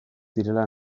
direla